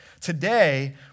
Today